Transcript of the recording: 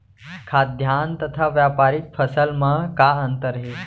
खाद्यान्न तथा व्यापारिक फसल मा का अंतर हे?